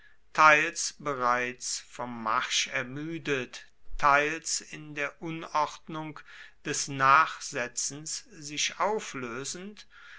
teils bereits vom marsch ermüdet teils in der unordnung des nachsetzens sich auflösend